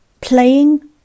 playing